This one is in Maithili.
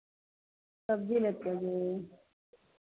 सबजी लेतै अभी